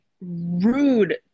rude